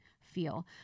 feel